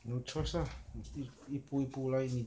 no choice lah 一步一步来你